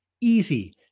Easy